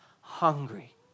hungry